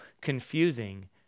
confusing